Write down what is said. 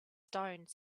stone